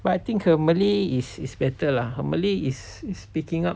but I think her malay is is better lah her malay is is picking up